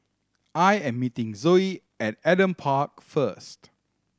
I am meeting Zoie at Adam Park first